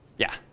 yeah?